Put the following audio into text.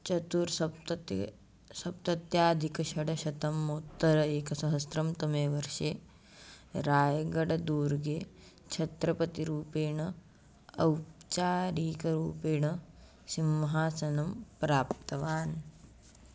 चतुःसप्ततिः सप्तत्यधिकषड्शतोत्तर एकसहस्रतमे वर्षे रायगडदुर्गे छत्रपतिरूपेण औपचारीकरूपेण सिंहासनं प्राप्तवान्